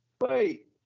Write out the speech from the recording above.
Wait